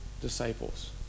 disciples